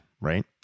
right